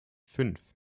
fünf